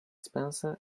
spencer